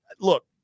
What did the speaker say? look